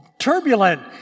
turbulent